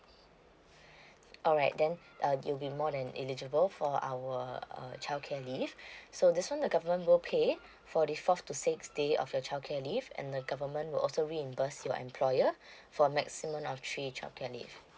alright then uh you'll be more than eligible for our uh childcare leave so this one the government will pay for the fourth to sixth day of your childcare leave and the government will also reimburse your employer for a maximum of three childcare leave